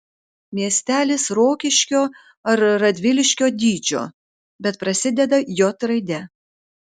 miestelis rokiškio ar radviliškio dydžio bet prasideda j raide